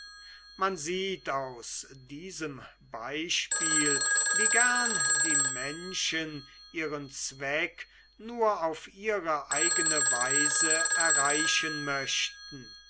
man sieht aus diesem beispiel wie gern die menschen ihren zweck nur auf eigene weise erreichen möchten